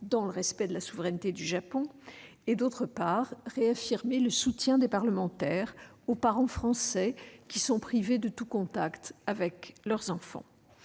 dans le respect de la souveraineté du Japon. D'autre part, elle vise à réaffirmer le soutien des parlementaires aux parents français privés de tout contact avec leurs enfants.